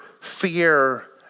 fear